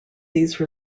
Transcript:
these